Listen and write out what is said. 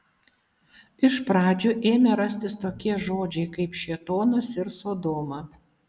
iš pradžių ėmė rastis tokie žodžiai kaip šėtonas ir sodoma